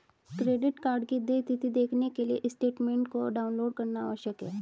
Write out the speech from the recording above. credit card की देय तिथी देखने के लिए स्टेटमेंट को डाउनलोड करना आवश्यक है